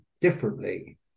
differently